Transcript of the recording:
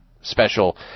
Special